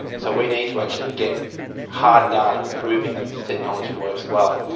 so we need to actually get hard data proving that this technology works well.